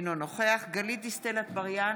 אינו נוכח גלית דיסטל אטבריאן,